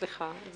סליחה.